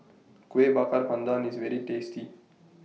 Kuih Bakar Pandan IS very tasty